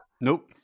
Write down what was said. nope